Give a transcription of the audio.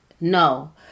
No